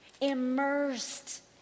immersed